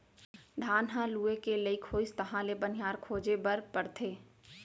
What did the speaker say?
धान ह लूए के लइक होइस तहाँ ले बनिहार खोजे बर परथे